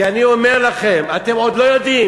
כי אני אומר לכם, אתם עוד לא יודעים: